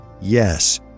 yes